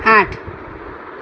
આઠ